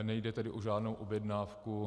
Nejde tedy o žádnou objednávku.